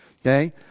Okay